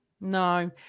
No